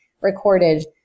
recorded